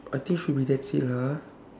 I think should be that's it lah